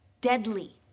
deadly